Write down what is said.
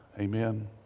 Amen